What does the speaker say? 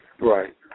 Right